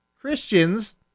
Christians